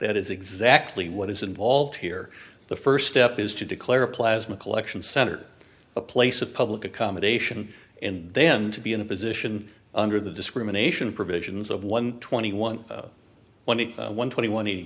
that is exactly what is involved here the first step is to declare a plasma collection center a place of public accommodation and then to be in a position under the discrimination provisions of one twenty one twenty one twenty one